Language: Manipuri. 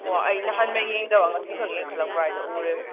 ꯑꯣ ꯑꯩ ꯍꯟꯉꯩ ꯌꯦꯡꯗꯕ ꯉꯁꯤꯈꯛ ꯌꯦꯡꯈꯠꯂꯛꯀꯥꯟꯗ ꯎꯔꯦ